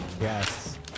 Yes